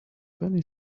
penny